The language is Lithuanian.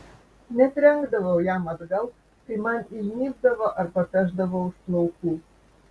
netrenkdavau jam atgal kai man įžnybdavo ar papešdavo už plaukų